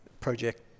Project